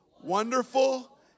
Wonderful